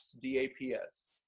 D-A-P-S